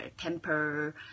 temper